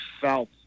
felt